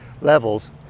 levels